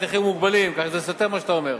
נכים ומוגבלים" ככה שזה סותר את מה שאתה אומר,